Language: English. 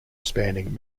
spanning